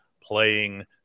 playing